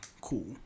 Cool